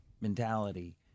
mentality